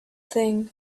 thing